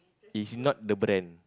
is not the brand